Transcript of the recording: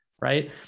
right